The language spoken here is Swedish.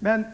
Men